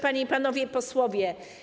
Panie i Panowie Posłowie!